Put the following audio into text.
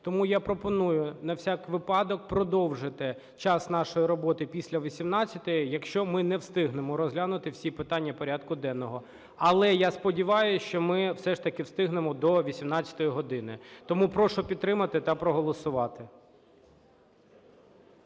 Тому я пропоную, на всяк випадок, продовжити час нашої роботи після 18-ї, якщо ми не встигнемо розглянути всі питання порядку денного. Але, я сподіваюся, що ми все ж таки встигнемо до 18 години, тому прошу підтримати та проголосувати.